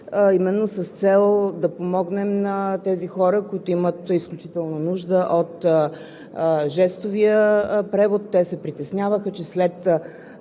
именно с цел да помогнем на тези хора, които имат изключителна нужда от жестовия превод. Те се притесняваха, че след